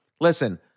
listen